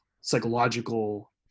psychological